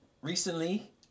Recently